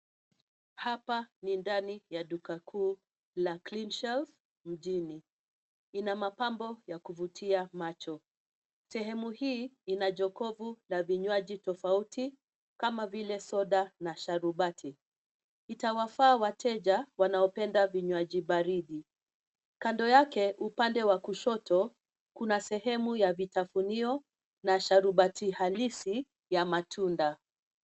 Hapa ni ndani ya duka kuu la Cleanshelf mjini. Ina mapambo ya kuvutia macho. Sehemu hii, ina jokovu la vinywaji tofauti, kama vile soda na sharubati. Itawafaa wateja wanaopenda vinywaji baridi. Kando yake upande wa kushoto, kuna sehemu ya vitafunio, na sharubati halisi ya matunda.